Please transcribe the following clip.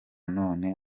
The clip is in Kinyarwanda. none